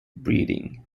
breeding